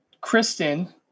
Kristen